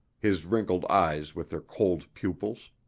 his wrinkled eyes with their cold pupils.